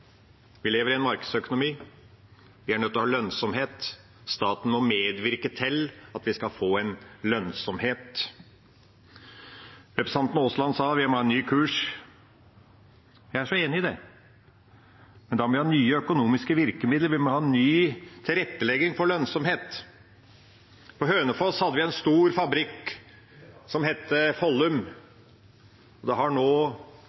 Vi lever i en markedsøkonomi. Vi er nødt til å ha lønnsomhet. Staten må medvirke til at vi skal få lønnsomhet. Representanten Aasland sa at vi må ha en ny kurs. Jeg er så enig i det. Da må vi ha nye økonomiske virkemidler, vi må ha en ny tilrettelegging for lønnsomhet. På Hønefoss hadde vi en stor fabrikk som het Follum. Det har nå